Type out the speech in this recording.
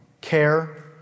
care